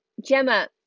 Gemma